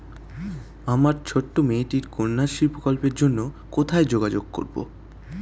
আমার ছোট্ট মেয়েটির কন্যাশ্রী প্রকল্পের জন্য কোথায় যোগাযোগ করব?